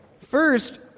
First